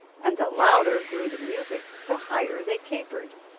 and the louder grew the music the higher they capered,